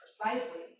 precisely